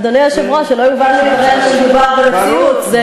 אדוני היושב-ראש, שלא יובן מדבריך שמדובר במציאות.